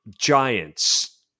Giants